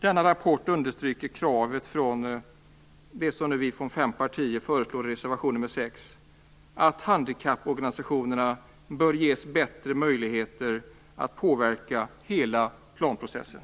Denna rapport understryker det som vi från fem partier föreslår i reservation nr 6, nämligen att handikapporganisationerna bör ges bättre möjligheter att påverka hela planprocessen.